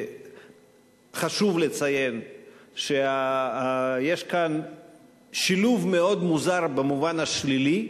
חשוב לציין שיש כאן שילוב מאוד מוזר במובן השלילי.